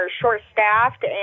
short-staffed